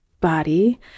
body